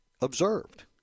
observed